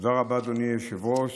תודה רבה, אדוני היושב-ראש.